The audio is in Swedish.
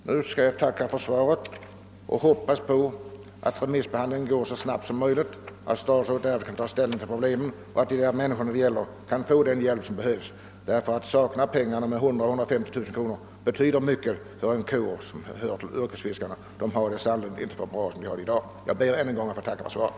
Nu tackar jag för svaret och hoppas att remissbehandlingen skall gå snabbt, att statsrådet därefter kan ta ställning och att människorna får den hjälp som behövs. 100 000—150 000 kronor betyder mycket för en kår som yrkesfiskarna — de har det sannerligen inte alltför bra som de har det i dag. Jag ber ännu en gång att få tacka för svaret.